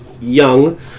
young